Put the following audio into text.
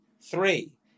Three